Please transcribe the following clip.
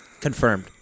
Confirmed